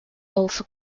also